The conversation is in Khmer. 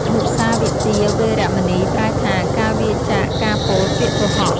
មុសាវាទា វេរមណី ប្រែថា ការវៀរចាកការពោលពាក្យកុហក។